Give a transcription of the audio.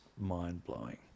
mind-blowing